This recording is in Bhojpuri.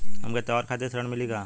हमके त्योहार खातिर ऋण मिली का?